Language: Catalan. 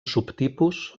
subtipus